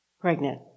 Pregnant